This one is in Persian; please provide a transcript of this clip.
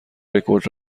رکورد